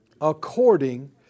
According